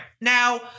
Now